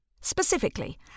Specifically